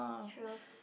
true